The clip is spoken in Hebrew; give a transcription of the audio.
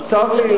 צר לי,